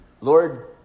Lord